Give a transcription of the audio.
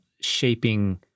shaping